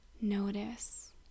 Notice